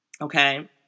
okay